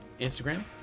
instagram